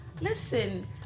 Listen